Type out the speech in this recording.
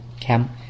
camp